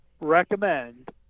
recommend